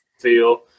feel